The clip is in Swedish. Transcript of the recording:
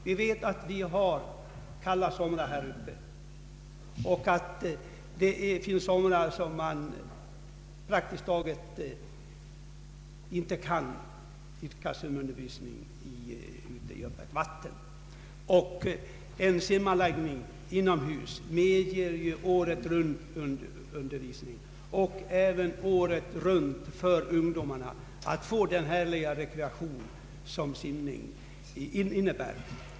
Vi vet att vi har kalla somrar här uppe, och det finns somrar, då man praktiskt taget inte kan idka simundervisning utomhus i öppet vatten. En simanläggning inomhus medger ju simundervisning året runt och möjliggör för ungdomarna att året runt få den härliga rekreation som simning innebär.